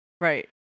right